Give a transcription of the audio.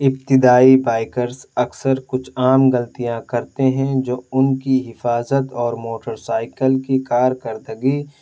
ابتدائی بائکرس اکثر کچھ عام غلطیاں کرتے ہیں جو ان کی حفاظت اور موٹرسائیکل کی کارکردگی